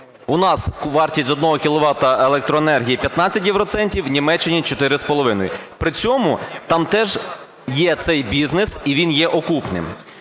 У нас вартість 1 кВт електроенергії 15 євроцентів, у Німеччині – 4,5, при цьому там теж є цей бізнес, і він є окупним.